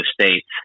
states